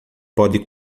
pode